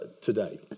today